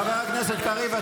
חבר הכנסת קריב,